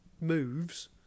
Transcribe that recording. moves